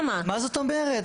מה זאת אומרת?